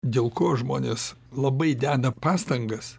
dėl ko žmonės labai deda pastangas